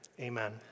amen